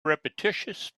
repetitious